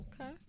Okay